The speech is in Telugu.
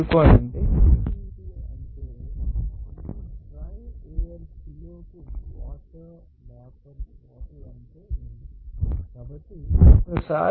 ఎందుకంటే హ్యూమిడిటీ అంటే మీ డ్రై ఎయిర్ కిలోకు వాటర్ వేపర్ టోటల్ అంటే ఏమిటి